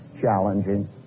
challenging